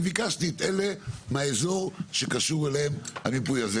ולכן ביקשתי את אלה מהאזור שקשור אליהם המיפוי הזה,